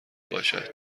باشد